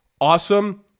awesome